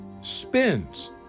spins